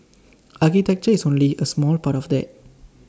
architecture is only A small part of that